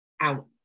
Out